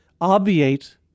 obviate